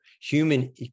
human